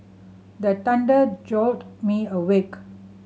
the thunder jolt me awake